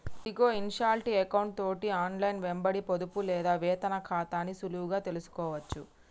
ఇదిగో ఇన్షాల్టీ ఎకౌంటు తోటి ఆన్లైన్లో వెంబడి పొదుపు లేదా వేతన ఖాతాని సులువుగా తెలుసుకోవచ్చు